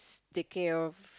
take care of